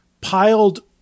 piled